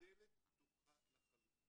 בוודאי, אני מתייעץ, הדלת פתוחה לחלוטין.